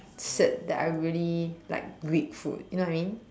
said that I really like Greek food you know what I mean